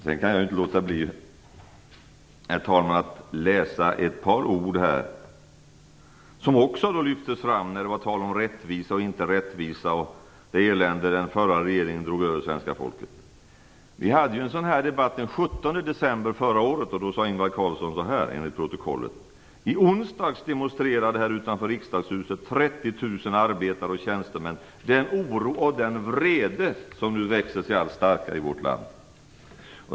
Jag kan inte, herr talman, låta bli att läsa ett par ord som lyftes fram när det var tal om rättvisa och orättvisa, det elände som den förra regeringen drog över svenska folket i debatten den 17 december förra året. Då sade Ingvar Carlsson så här: "I onsdags demonstrerade här utanför Riksdagshuset 30 000 arbetare och tjänstemän den oro och den vrede som nu växer sig allt starkare i vårt land."